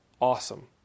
awesome